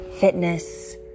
fitness